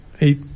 eight